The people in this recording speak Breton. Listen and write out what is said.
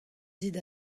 dit